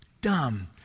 dumb